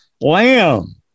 lamb